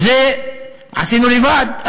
את זה עשינו לבד.